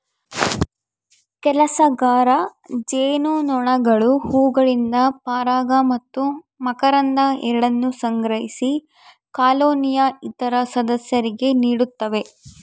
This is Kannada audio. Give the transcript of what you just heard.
ಕೆಲಸಗಾರ ಜೇನುನೊಣಗಳು ಹೂವುಗಳಿಂದ ಪರಾಗ ಮತ್ತು ಮಕರಂದ ಎರಡನ್ನೂ ಸಂಗ್ರಹಿಸಿ ಕಾಲೋನಿಯ ಇತರ ಸದಸ್ಯರಿಗೆ ನೀಡುತ್ತವೆ